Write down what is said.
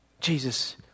Jesus